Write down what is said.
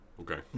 Okay